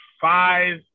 five –